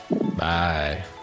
Bye